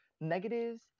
negatives